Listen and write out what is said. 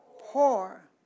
Poor